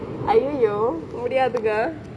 !aiyoyo! முடியாதுங்க:mudiyaathunge